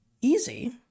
easy